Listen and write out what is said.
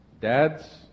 Dads